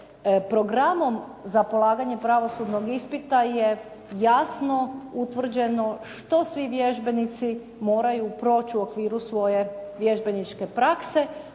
Programom za polaganje pravosudnog ispita je jasno utvrđeno što svi vježbenici moraju proći u okviru svoje vježbeničke prakse,